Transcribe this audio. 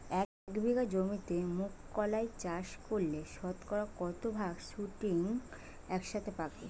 এক বিঘা জমিতে মুঘ কলাই চাষ করলে শতকরা কত ভাগ শুটিং একসাথে পাকে?